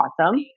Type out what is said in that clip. awesome